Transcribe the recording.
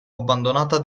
abbandonata